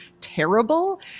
terrible